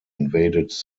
invaded